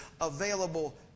available